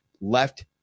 left